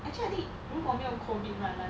actually I think 如果没有 COVID right like